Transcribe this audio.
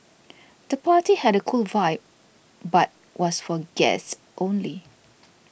the party had a cool vibe but was for guests only